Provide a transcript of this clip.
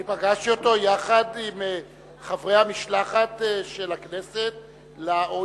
אני פגשתי אותו יחד עם חברי המשלחת של הכנסת ל-OECD,